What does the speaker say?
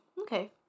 Okay